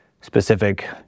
specific